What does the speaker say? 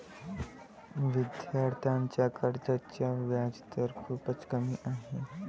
विद्यार्थ्यांच्या कर्जाचा व्याजदर खूपच कमी आहे